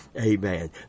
Amen